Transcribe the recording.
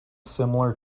similar